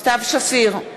סתיו שפיר,